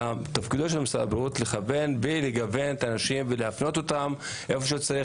תפקידו של משרד הבריאות לכוון ולגוון את האנשים ולהפנות אותם לאן שצריך,